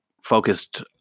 focused